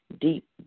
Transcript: deep